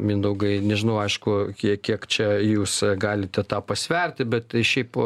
mindaugai nežinau aišku kiek kiek čia jūs galite tą pasverti bet šiaip